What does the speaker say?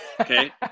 Okay